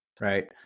right